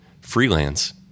freelance